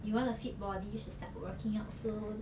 you want a fit body you should start working out soon